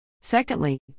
Secondly